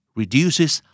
reduces